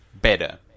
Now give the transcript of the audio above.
better